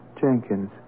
Jenkins